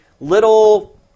little